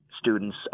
students